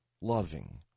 loving